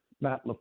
Matt